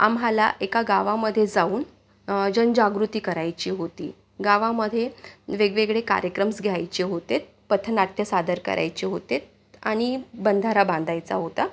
आम्हाला एका गावामध्ये जाऊन जनजागृती करायची होती गावामध्ये वेगवेगळे कार्यक्रम्स घ्यायचे होते पथनाट्य सादर करायचे होते आणि बंधारा बांधायचा होता